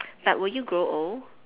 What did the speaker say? but will you grow old